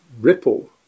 ripple